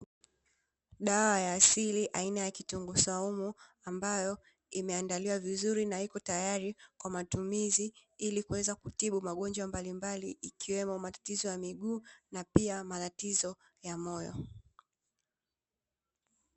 Dawa ya asili aina ya kitunguu swaumu, ambayo imeandaliwa vizuri na iko tayari kwa matumizi. Ili kuweza kutibu magonjwa mbalimbali ikiwemo matatizo ya miguu, na pia matatizo ya moyo.